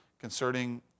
concerning